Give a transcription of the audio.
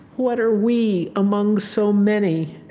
what are we among so many?